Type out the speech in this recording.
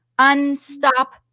Unstop